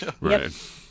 Right